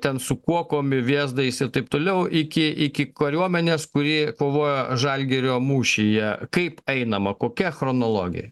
ten su kuokom ir vėzdais ir taip toliau iki iki kariuomenės kuri kovojo žalgirio mūšyje kaip einama kokia chronologija